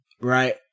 right